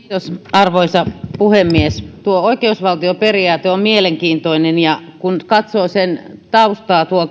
arvoisa puhemies tuo oikeusvaltioperiaate on mielenkiintoinen ja kun katsoo sen taustaa